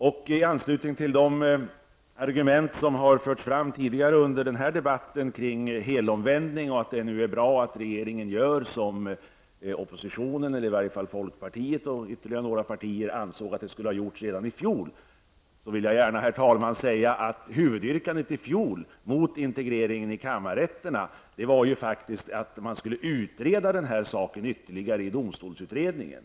Med anledning av de argument som tidigare har framförts under debatten om en helomvändning och om att det är bra att regeringen gör som oppositionen vill, eller i varje fall folkpartiet och ytterligare några partier anser att regeringen skulle ha gjort redan i fjol, vill jag gärna, herr talman, säga att huvudyrkandet i fjol mot integreringen i kammarrätterna var att denna fråga ytterligare skulle utredas i domstolsutredningen.